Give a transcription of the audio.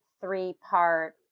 three-part